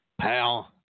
Pal